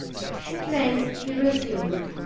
at length he resumed